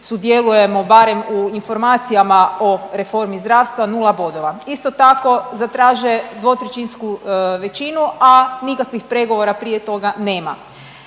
sudjelujemo barem u informacijama u reformi zdravstva, 0 bodova. Isto tako, zatraže dvotrećinsku većinu, a nikakvih pregovora prije toga nema.